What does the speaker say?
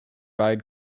ride